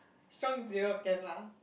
strong zero can lah